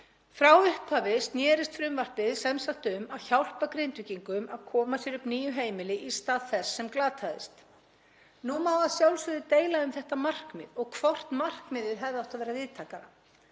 Frá upphafi snerist frumvarpið sem sagt um að hjálpa Grindvíkingum að koma sér upp nýju heimili í stað þess sem glataðist. Nú má að sjálfsögðu deila um þetta markmið og hvort markmiðið hefði átt að vera víðtækara.